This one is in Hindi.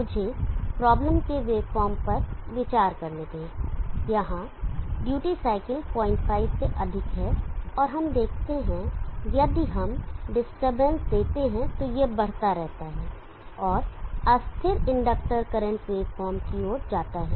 मुझे प्रॉब्लम के वेवफॉर्म पर विचार करने दें यहां ड्यूटी साइकिल 05 duty cycle 05 से अधिक है और हम देखते हैं कि यदि हम डिस्टरबेंस देते हैं तो यह बढ़ता रहता है और अस्थिर इंडक्टर करंट वेवफॉर्म की ओर जाता है